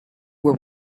were